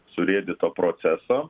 surėdyto proceso